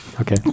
Okay